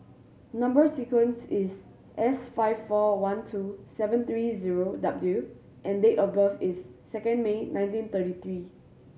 number sequence is S five four one two seven three zero W and date of birth is second May nineteen thirty three